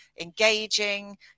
engaging